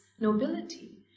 nobility